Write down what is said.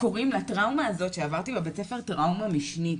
קוראים לטראומה הזאת שעברתי בבית הספר "טראומה משנית",